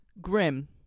Grim